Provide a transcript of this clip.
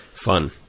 Fun